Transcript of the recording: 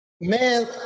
Man